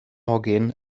hogyn